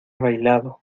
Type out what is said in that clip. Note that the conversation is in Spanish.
bailado